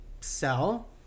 sell